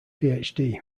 phd